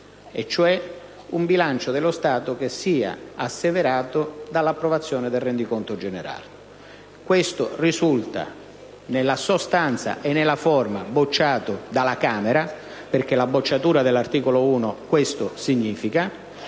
cioè un bilancio dello Stato che sia asseverato dall'approvazione del rendiconto generale. Questo risulta, nella sostanza e nella forma, bocciato dalla Camera, perché la bocciatura dell'articolo 1 significa